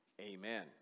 Amen